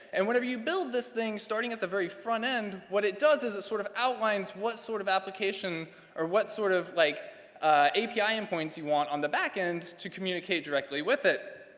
and whenever you build this thing, starting at the very front end, what it does, is it sort of outlines what sort of application or what sort of like api and points you want on the back to communicate directly with it.